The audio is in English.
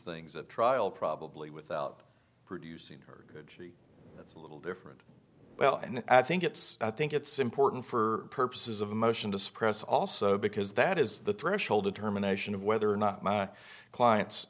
things at trial probably without producing her good that's a little different well and i think it's i think it's important for purposes of a motion to suppress also because that is the threshold of terminations of whether or not my client